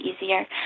easier